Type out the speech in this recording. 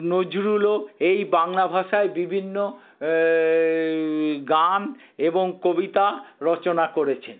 নজরুলও এই বাংলা ভাষায় বিভিন্ন গান এবং কবিতা রচনা করেছেন